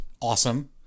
Awesome